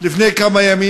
לפני כמה ימים.